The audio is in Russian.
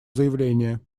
заявление